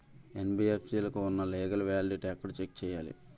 NBFC లకు ఉన్నా legal validity ఎక్కడ చెక్ చేయాలి?